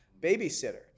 babysitter